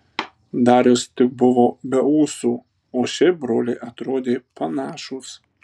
darius tik buvo be ūsų o šiaip broliai atrodė panašūs